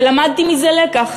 שלמדתי מזה לקח,